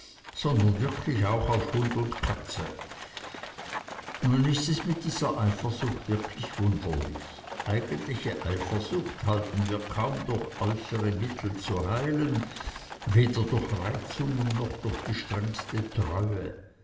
sondern wirklich auch auf hund und katze nun ist es mit dieser eifersucht wirklich wunderlich eigentliche eifersucht halten wir kaum durch äußere mittel zu heilen weder durch reizungen noch durch die strengste treue